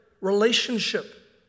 relationship